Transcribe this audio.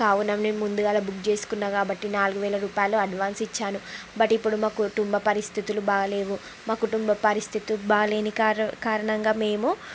కావున మేము ముందుగాలే బుక్ చేసుకున్నాను కాబట్టి నాలుగు వేల రూపాయలు అడ్వాన్స్ ఇచ్చాను బట్ ఇప్పుడు మా కుటుంబ పరిస్థితులు బాగాలేవు మా కుటుంబం పరిస్థితి బాగాలేని కా కారణంగా మేము